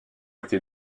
été